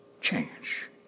change